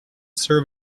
serve